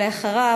ואחריו,